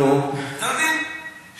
אתה מבין,